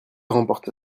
remporta